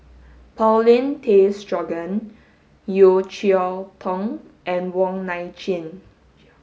Paulin Tay Straughan Yeo Cheow Tong and Wong Nai Chin